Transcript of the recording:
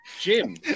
Jim